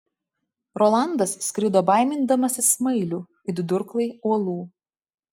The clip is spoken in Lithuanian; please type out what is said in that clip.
rolandas skrido baimindamasis smailių it durklai uolų